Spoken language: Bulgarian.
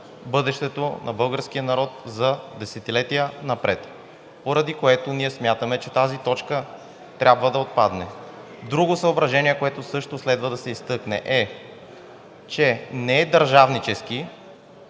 бъдещето на българския народ за десетилетия напред, поради което ние смятаме, че тази точка трябва да отпадне. Друго съображение, което също следва да се изтъкне, е, че не е държавнически